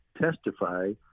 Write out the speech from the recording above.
testify